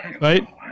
Right